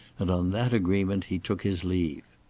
and on that agreement he took his leave.